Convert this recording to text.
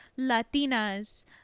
Latinas